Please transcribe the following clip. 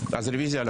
רוויזיה.